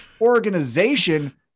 organization